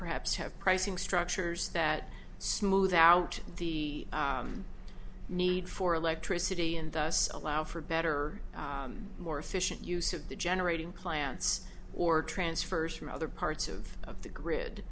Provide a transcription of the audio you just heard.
perhaps have pricing structures that smooth out the need for electricity and thus allow for better more efficient use of the generating plants or transfers from other parts of the grid